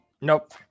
Nope